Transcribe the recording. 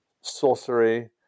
sorcery